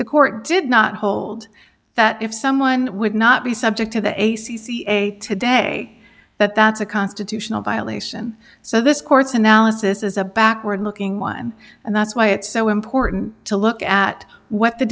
the court did not hold that if someone would not be subject to the a c c a today that that's a constitutional violation so this court's analysis is a backward looking one and that's why it's so important to look at what the